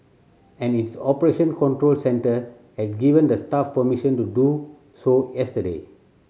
and its operation control centre had given the staff permission to do so yesterday